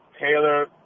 Taylor